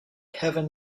heaven